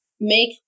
make